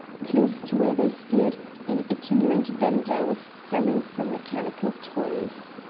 close to where they stood an itinerant vendor was selling some mechanical toys.